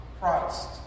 Christ